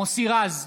מוסי רז,